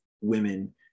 women